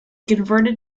converted